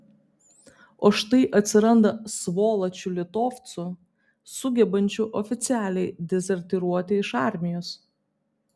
o štai atsiranda svoločių litovcų sugebančių oficialiai dezertyruoti iš armijos